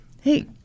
Hey